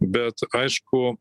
bet aišku